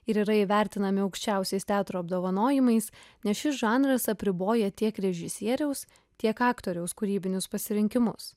ir yra įvertinami aukščiausiais teatro apdovanojimais nes šis žanras apriboja tiek režisieriaus tiek aktoriaus kūrybinius pasirinkimus